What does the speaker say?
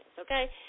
okay